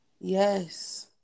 yes